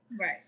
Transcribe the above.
Right